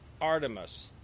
Artemis